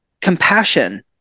compassion